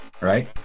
right